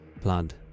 blood